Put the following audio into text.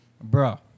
bro